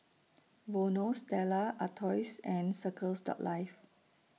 Vono Stella Artois and Circles Life